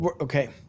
okay